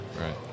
Right